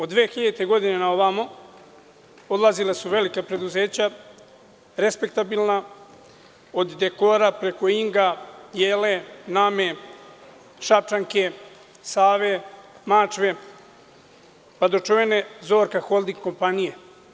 Od 2000. godine na ovamo odlazila su velika preduzeća, respektabilna, od „Dekora“, preko „Inga“, „Jele“, „Name“, „Šapčanke“, „Save“, „Mačve“, pa do čuvene „Zorka holding“ kompanije.